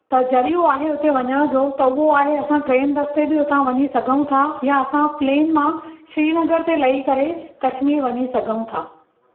त ज़रियो आहे उते वञण जो त उहो आहे असां ट्रेन रस्ते बि उतां वञी सघऊं था या असां प्लेन मां श्रीनगर ते लही करे कश्मीर वञी सघऊं था